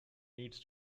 need